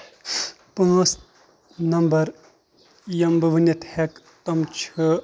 پانٛژھ نَمبر یِم بہٕ ؤنِتھ ہٮ۪کہٕ تِم چھِ